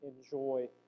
enjoy